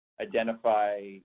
identify